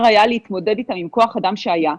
היה להתמודד איתם עם כוח האדם שהיה,